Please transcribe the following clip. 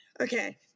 Okay